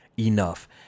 enough